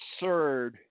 absurd